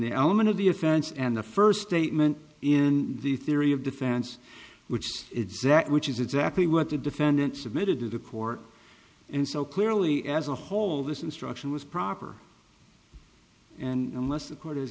the element of the offense and the first statement in the theory of defense which exact which is exactly what the defendant submitted to the court and so clearly as a whole this instruction was proper and unless the